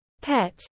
Pet